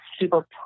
super